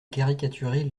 caricaturez